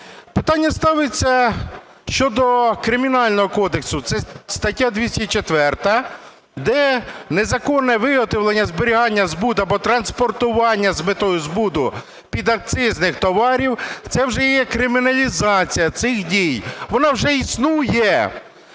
Питання ставиться щодо Кримінального кодексу – це стаття 204. Де незаконне виготовлення, зберігання, збут або транспортування з метою збуту підакцизних товарів – це вже є криміналізація цих дій, вона вже існує.